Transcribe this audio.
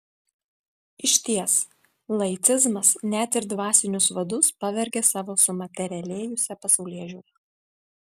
išties laicizmas net ir dvasinius vadus pavergia savo sumaterialėjusia pasaulėžiūra